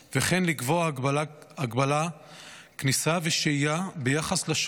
וכן לקבוע הגבלת כניסה ושהייה ביחס לשוהים